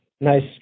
nice